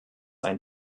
ein